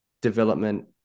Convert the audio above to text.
development –